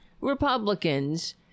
Republicans